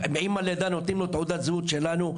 עם הלידה נותנים לו תעודת זהות שלנו.